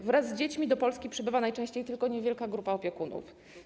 Wraz z dziećmi do Polski przybywa najczęściej tylko niewielka grupa opiekunów.